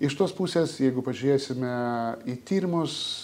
iš tos pusės jeigu pažiūrėsime į tyrimus